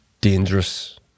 dangerous